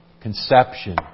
conception